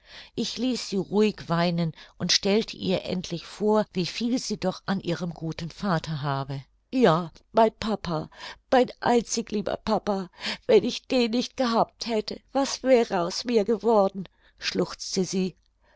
ich ließ sie ruhig weinen und stellte ihr endlich vor wie viel sie doch an ihrem guten vater habe ja mein papa mein einzig lieber papa wenn ich den nicht gehabt hätte was wäre aus mir geworden schluchzte sie